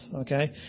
okay